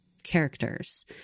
characters